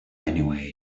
anyway